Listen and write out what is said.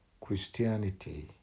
Christianity